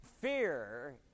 Fear